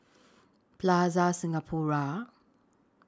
Plaza Singapura